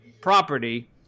property